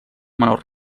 menor